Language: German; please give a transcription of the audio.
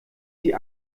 sie